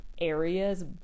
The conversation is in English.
areas